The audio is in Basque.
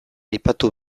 aipatu